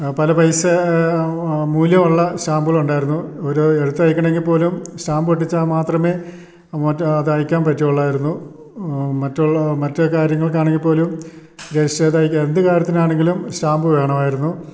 പല പൈസ മൂല്യം ഉള്ള സ്റ്റാമ്പുകൾ ഉണ്ടായിരുന്നു ഒരു എഴുത്തയക്കണം എങ്കിൽ പോലും സ്റ്റാമ്പ് ഒട്ടിച്ചാൽ മാത്രമേ മറ്റ് അത് അയക്കാൻ പറ്റുവൊള്ളാരുന്നു മറ്റുള്ള മറ്റ് കാര്യങ്ങൾക്ക് ആണെങ്കിൽ പോലും രെജിസ്റ്റേഡയക്കാൻ എന്ത് കാര്യത്തിന് ആണെങ്കിലും സ്റ്റാമ്പ് വേണമായിരുന്നു